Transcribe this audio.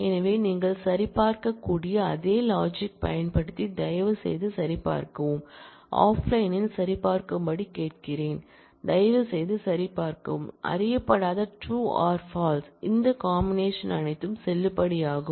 எனவே நீங்கள் சரிபார்க்கக்கூடிய அதே லாஜிக் பயன்படுத்தி தயவுசெய்து சரிபார்க்கவும் ஆஃப்லைனில் சரிபார்க்கும்படி கேட்கிறேன் தயவுசெய்து சரிபார்க்கவும் அறியப்படாத ட்ரூ ஆர் பால்ஸ் ன் இந்த காமினேஷன் அனைத்தும் செல்லுபடியாகும்